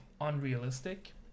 unrealistic